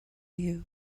you